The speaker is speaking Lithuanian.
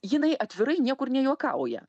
jinai atvirai niekur nejuokauja